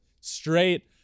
straight